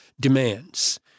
demands